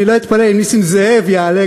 אני לא אתפלא אם גם נסים זאב יעלה,